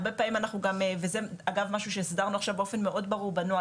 הרבה פעמים אנחנו גם וזה משהו שהסדרנו עכשיו באופן מאוד ברור בנוהל,